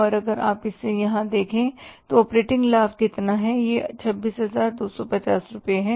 और अगर आप यहाँ देखें तो ऑपरेटिंग लाभ कितना है यह 26250 रुपये है